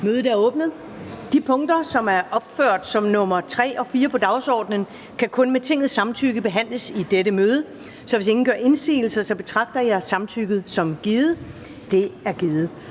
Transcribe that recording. Mødet er åbnet. De punkter, som er opført som nr. 3 og 4 på dagsordenen, kan kun med Tingets samtykke behandles i dette møde. Hvis ingen gør indsigelser, betragter jeg samtykket som givet. Det er givet.